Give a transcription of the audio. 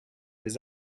des